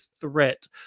Threat